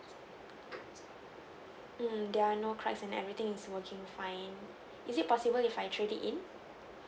mm there are no cracks and everything is working fine is it possible if I trade it in